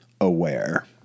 aware